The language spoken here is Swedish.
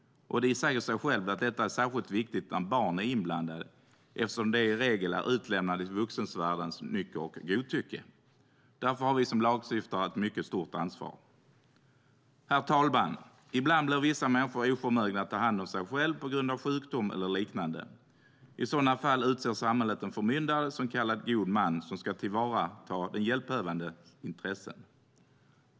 Det säger sig självt att detta är särskilt viktigt när barn är inblandade eftersom de i regel är utlämnade till vuxenvärldens nycker och godtycke. Därför har vi som lagstiftare ett mycket stort ansvar. Herr talman! Ibland blir vissa människor oförmögna att ta hand om sig själva på grund av sjukdom eller liknande. I sådana fall utser samhället en förmyndare, en så kallad god man, som ska tillvarata den hjälpbehövandes intressen.